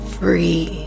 free